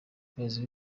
abayobozi